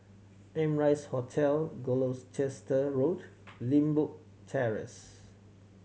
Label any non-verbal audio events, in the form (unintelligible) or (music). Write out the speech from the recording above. Amrise Hotel (unintelligible) Road and Limbok Terrace